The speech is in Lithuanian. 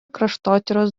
kraštotyros